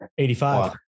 85